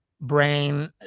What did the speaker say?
brain